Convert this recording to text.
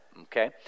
okay